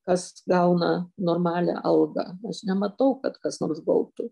kas gauna normalią algą aš nematau kad kas nors gautų